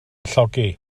llogi